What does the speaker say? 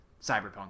cyberpunk